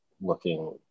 looking